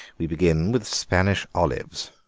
we begin with spanish olives,